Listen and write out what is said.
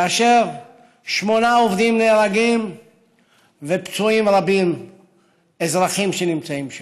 כאשר שמונה עובדים נהרגים ונפצעים אזרחים רבים שנמצאים שם.